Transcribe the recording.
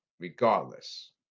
Regardless